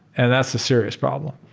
and that's a serious problem.